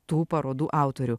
tų parodų autorių